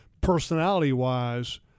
personality-wise